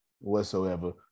whatsoever